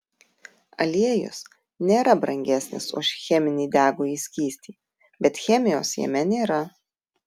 aliejus nėra brangesnis už cheminį degųjį skystį bet chemijos jame nėra